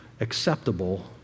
acceptable